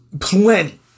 Plenty